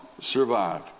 Survive